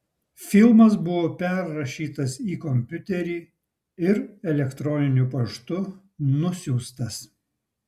filmas buvo perrašytas į kompiuterį ir elektroniniu paštu nusiųstas